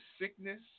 sickness